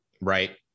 right